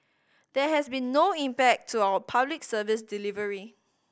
there has been no impact to our Public Service delivery